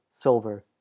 Silver